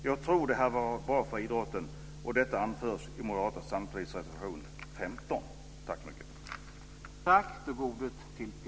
Jag tror att det hade varit bra för idrotten, och detta anförs i Moderata samlingspartiets reservation 15.